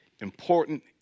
important